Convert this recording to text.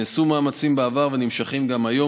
נעשו מאמצים בעבר ונמשכים גם היום,